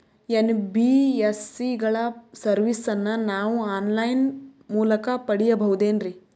NBSC ಗಳ ಸರ್ವಿಸನ್ನ ನಾವು ಆನ್ ಲೈನ್ ಮೂಲಕ ಪಡೆಯಬಹುದೇನ್ರಿ?